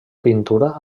pintura